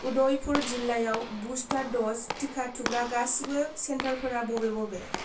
उदयपुर जिल्लायाव बुस्टार दज टिका थुग्रा गासिबो सेन्टारफोरा बबे बबे